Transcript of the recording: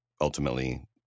ultimately